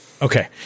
Okay